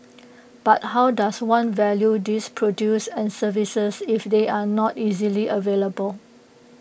but how does one value these produce and services if they are not easily available